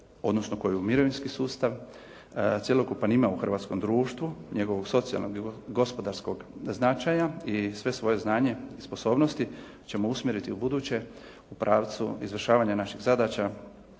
odnosno koju mirovinski sustav cjelokupan ima u hrvatskom društvu, njegovog socijalnog i gospodarskog značaja i sve svoje znanje i sposobnosti ćemo usmjeriti ubuduće u pravcu izvršavanja naših zadaća